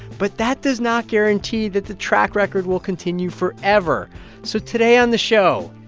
but that does not guarantee that the track record will continue forever so today on the show,